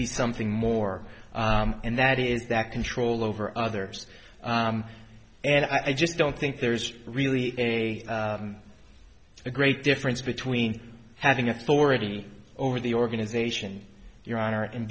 be something more and that is that control over others and i just don't think there's really a great difference between having authority over the organization your honor and